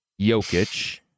Jokic